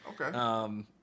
Okay